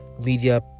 media